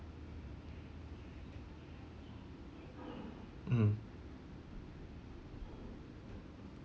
mm